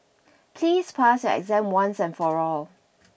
please pass your exam once and for all